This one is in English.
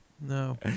No